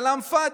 כלאם פאדי,